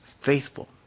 faithful